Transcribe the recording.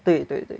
对对对